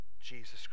Jesus